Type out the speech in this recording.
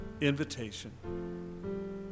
invitation